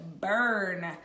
burn